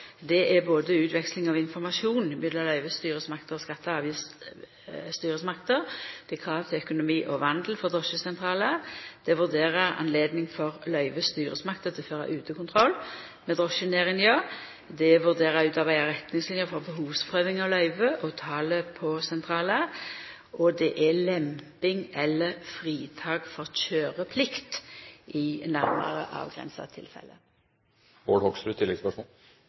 er: utveksling av informasjon mellom løyvestyresmaktene og skatte- og avgiftsstyresmaktene krav til økonomi og vandel for drosjesentralar vurdera høve for løyvestyresmakta til å føra utekontroll med drosjenæringa vurdera å utarbeida retningsliner for behovsprøving av løyva og talet på sentralar lemping eller fritak frå køyreplikt i nærare avgrensa